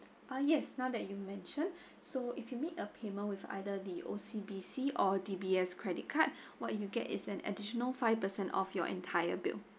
uh yes now that you mention so if you make a payment with either the O_C_B_C or D_B_S credit card what you get is an additional five percent off your entire bill